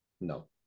No